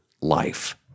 life